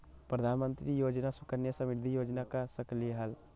प्रधानमंत्री योजना सुकन्या समृद्धि योजना कर सकलीहल?